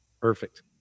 perfect